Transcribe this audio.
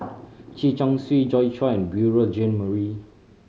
Chen Chong Swee Joi Chua Beurel Jean Marie